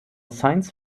science